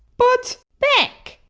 but. back!